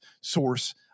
source